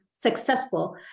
successful